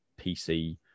PC